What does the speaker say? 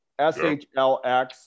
shlx